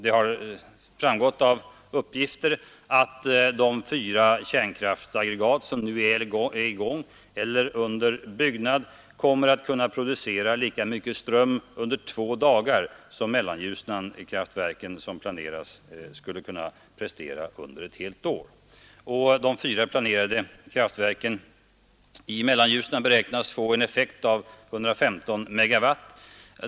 Det har framgått av uppgifter att de fyra kärnkraftsaggregat som nu är i gång eller under byggnad kommer att kunna producera lika mycket ström under två dagar som Mellanljusnan och de kraftverk som nu planeras skulle kunna prestera under ett helt år. De fyra planerade kraftverken i Mellanljusnan beräknas få en effekt av 115 MW.